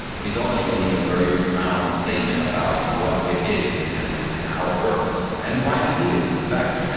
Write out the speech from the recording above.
but he's also making a very profound statement about what wit is and and how it works, and why we need it. in fact,